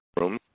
room